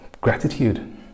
gratitude